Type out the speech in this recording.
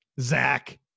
Zach –